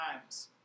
times